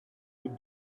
route